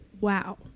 wow